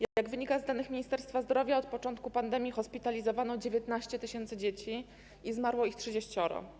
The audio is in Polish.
Jak wynika z danych Ministerstwa Zdrowia, od początku pandemii hospitalizowano 19 tys. dzieci i zmarło ich 30.